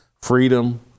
freedom